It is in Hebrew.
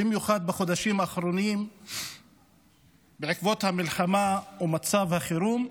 במיוחד בחודשים האחרונים בעקבות המלחמה ומצב החירום,